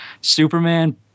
Superman